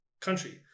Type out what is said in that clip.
country